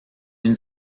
une